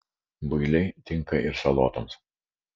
builiai tinka ir salotoms